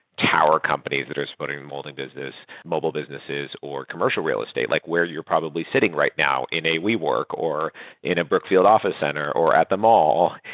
tower companies that are splitting and molding business, mobile businesses or commercial real estate, like where you're probably sitting right now in a wework or in a brookfield office center or at the mall.